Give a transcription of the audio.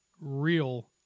real